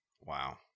Wow